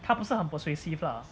他不是很 persuasive lah